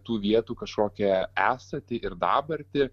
tų vietų kažkokią esatį ir dabartį